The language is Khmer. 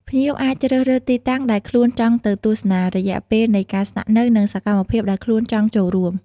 ភ្ញៀវអាចជ្រើសរើសទីតាំងដែលខ្លួនចង់ទៅទស្សនា រយៈពេលនៃការស្នាក់នៅ និងសកម្មភាពដែលខ្លួនចង់ចូលរួម។